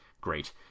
great